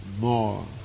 more